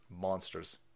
Monsters